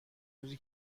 روزی